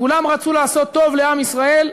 כולם רצו לעשות טוב לעם ישראל,